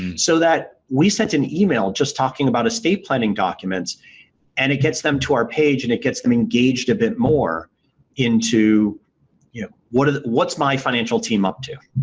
and so, that we sent an email just talking about estate planning documents and it gets them to our page and it gets them engaged a bit more into yeah what's what's my financial team up to.